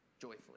joyfully